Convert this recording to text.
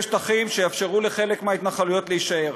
שטחים שיאפשרו לחלק מההתנחלויות להישאר.